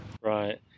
Right